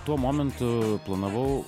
tuo momentu planavau